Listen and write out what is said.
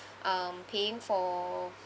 um paying for